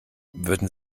würden